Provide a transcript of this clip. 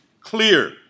clear